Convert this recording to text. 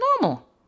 normal